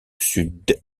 sud